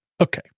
okay